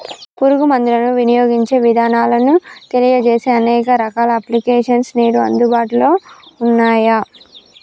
పురుగు మందులను వినియోగించే ఇదానాలను తెలియజేసే అనేక రకాల అప్లికేషన్స్ నేడు అందుబాటులో ఉన్నయ్యి